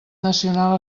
nacional